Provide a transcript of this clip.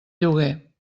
lloguer